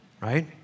right